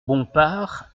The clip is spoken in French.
bompard